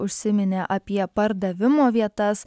užsiminė apie pardavimo vietas